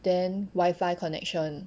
then wifi connection